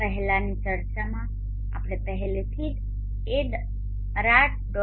પહેલાની ચર્ચામાં આપણે પહેલાથી જ arrad